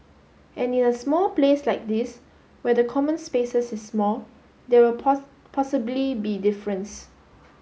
and in a small place like this where the common spaces is small there will possibly be difference